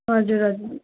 हजुर हजुर